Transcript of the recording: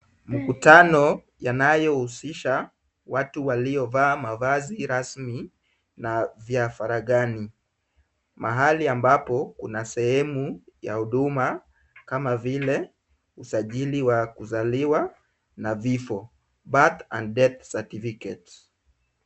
Mkutano unaohusisha watu waliovaa mavazi rasmi na ya faragani, mahali ambapo kuna sehemu ya huduma kama vile usajili wa kuzaliwa na vifo birth and death certificates .